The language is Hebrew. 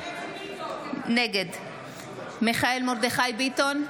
נגד מיכאל מרדכי ביטון,